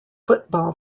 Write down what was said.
football